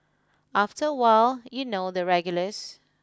after a while you know the regulars